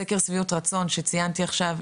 סקר שביעות רצון שציינתי עכשיו,